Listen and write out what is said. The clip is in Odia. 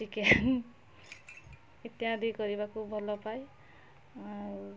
ଚିକେନ୍ ଇତ୍ୟାଦି କରିବାକୁ ଭଲ ପାଏ